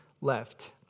left